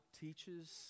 teaches